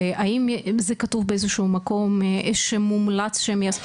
האם זה כתוב באיזשהו מקום שמומלץ שהם יעשו.